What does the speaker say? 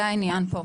זה העניין פה.